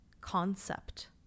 concept